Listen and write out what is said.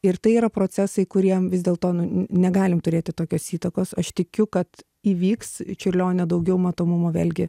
ir tai yra procesai kuriem vis dėlto nu negalim turėti tokios įtakos aš tikiu kad įvyks čiurlionio daugiau matomumo vėlgi